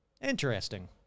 Interesting